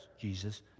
Jesus